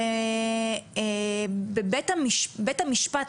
ובית המשפט,